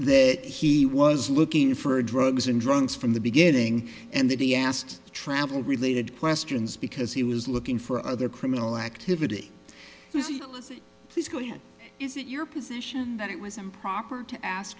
that he was looking for drugs and drugs from the beginning and that he asked travel related questions because he was looking for other criminal activity he's going is it your position that it was improper to ask